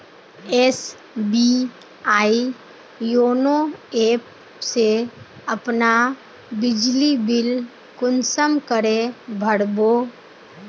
SBI YONO app से अपना बिजली बिल कुंसम करे भर बो?